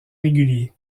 régulier